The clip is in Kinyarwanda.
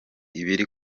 ibiri